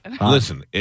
listen